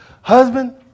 Husband